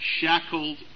shackled